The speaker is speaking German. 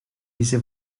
diese